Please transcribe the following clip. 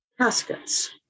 caskets